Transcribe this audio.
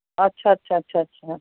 ਅੱਛਾ ਅੱਛਾ ਅੱਛਾ ਅੱਛਾ